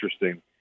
interesting